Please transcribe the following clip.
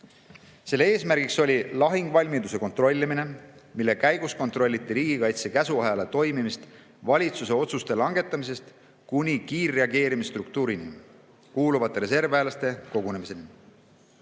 Selle eesmärk oli lahinguvalmiduse kontrollimine, mille käigus kontrolliti riigikaitse käsuahela toimimist valitsuse otsuste langetamisest kuni kiirreageerimisstruktuuri kuuluvate reservväelaste kogunemiseni.